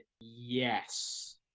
yes